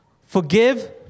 Forgive